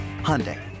Hyundai